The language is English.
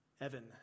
Evan